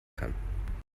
kann